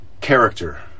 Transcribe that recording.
character